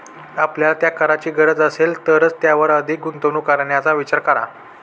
आपल्याला त्या कारची गरज असेल तरच त्यावर अधिक गुंतवणूक करण्याचा विचार करा